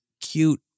cute